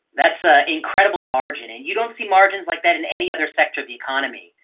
that's ah an incredible margin and you don't see margins like that in any other sector of the economy.